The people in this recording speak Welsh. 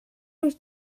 wyt